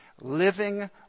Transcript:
living